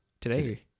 Today